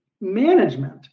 management